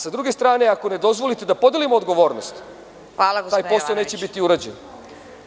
S druge strane, ako ne dozvolite da podelimo odgovornost, taj posao neće biti urađen.